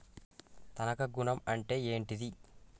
తనఖా ఋణం అంటే ఏంటిది?